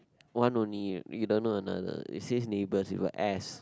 one only you don't know another it says neighbours with a S